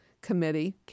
Committee